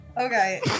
Okay